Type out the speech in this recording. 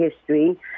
history